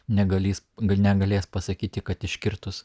negalįs negalės pasakyti kad iškirtus